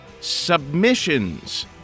submissions